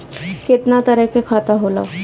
केतना तरह के खाता होला?